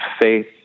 faith